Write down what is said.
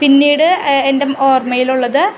പിന്നീട് എൻ്റെ ഓർമ്മയിൽ ഉള്ളത്